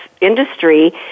industry